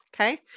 Okay